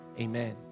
amen